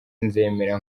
nzemera